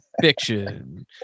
Fiction